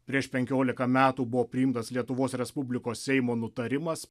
prieš penkiolika metų buvo priimtas lietuvos respublikos seimo nutarimas